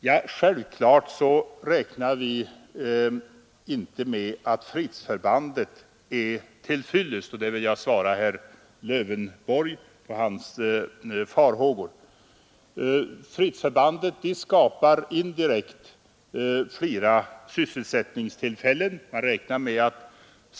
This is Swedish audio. Jag kan bemöta herr Lövenborgs farhågor med att säga att vi självfallet inte räknar med att enbart ett fredsförband är till fyllest när det gäller att ge arbetstillfällen, men det skapar sysselsättningstillfällen också indirekt.